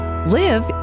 Live